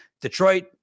detroit